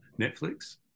Netflix